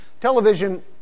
Television